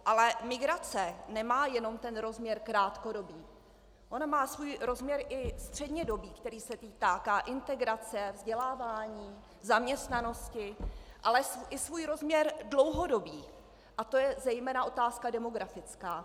Ale migrace nemá jenom rozměr krátkodobý, ona má svůj rozměr i střednědobý, který se týká integrace, vzdělávání, zaměstnanosti, ale i svůj rozměr dlouhodobý a to je zejména otázka demografická.